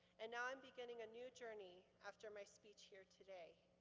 and now i'm beginning a new journey after my speech here today.